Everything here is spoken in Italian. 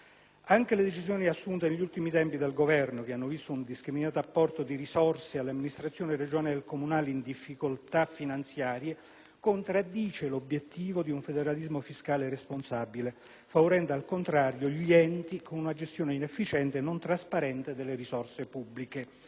Anche le decisioni assunte negli ultimi tempi dal Governo, che hanno visto un indiscriminato apporto di risorse alle amministrazioni regionali e comunali in difficoltà finanziarie, contraddicono l'obiettivo di un federalismo fiscale responsabile favorendo, al contrario, gli enti con una gestione inefficiente e non trasparente delle risorse pubbliche.